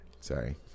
Sorry